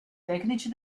tecnici